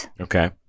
Okay